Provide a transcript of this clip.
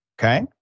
Okay